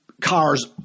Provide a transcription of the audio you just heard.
cars